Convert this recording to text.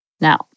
Now